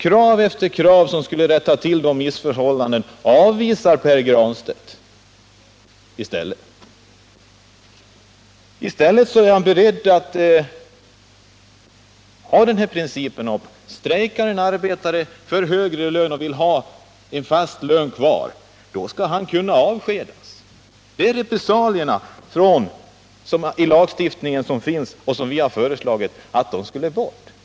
Krav efter krav på förbättringar avvisar Pär Granstedt. I stället är han beredd att ha den här principen, att strejkar en arbetare för högre lön eller att få ha en fast lön kvar, då skall han kunna avskedas. Det är sådana repressalier som lagstiftningen ger möjlighet till, och vi har föreslagit att de skall bort.